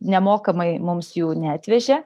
nemokamai mums jų neatvežė